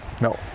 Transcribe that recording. no